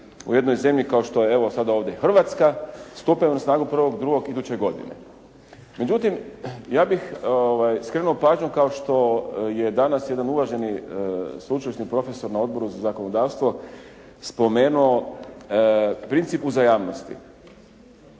u jednoj zemlji kao što je evo sada ovdje Hrvatska stupa na snagu 1.2. iduće godine. Međutim, ja bih skrenuo pažnju kao što je danas jedan uvaženi sveučilišni profesor na Odboru za zakonodavstvo spomenuo princip uzajamnosti.